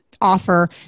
offer